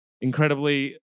incredibly